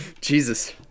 jesus